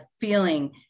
feeling